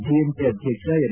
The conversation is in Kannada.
ಡಿಎಂಕೆ ಅಧ್ಯಕ್ಷ ಎಂ